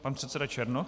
Pan předseda Černoch.